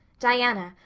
diana,